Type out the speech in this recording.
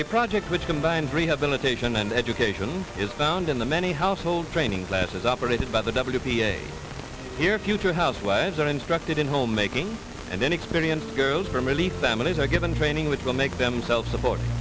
a project which combines rehabilitation and education is found in the many household training classes operated by the w p a here future housewives are instructed in homemaking and then experienced girls from relief families are given training which will make them self supporting